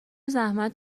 زحمت